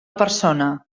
persona